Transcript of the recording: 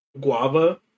guava